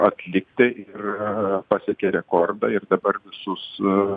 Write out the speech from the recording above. atlikti ir pasiekė rekordą ir dabar visus